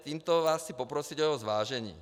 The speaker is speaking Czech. Tímto vás chci poprosit o zvážení.